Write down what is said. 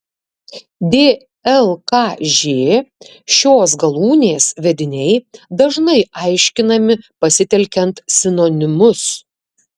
dlkž šios galūnės vediniai dažnai aiškinami pasitelkiant sinonimus